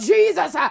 Jesus